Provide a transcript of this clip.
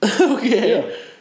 Okay